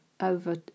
over